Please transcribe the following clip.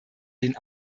den